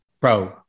Bro